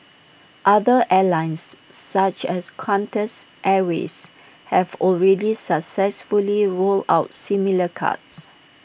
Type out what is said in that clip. other airlines such as Qantas airways have already successfully rolled out similar cards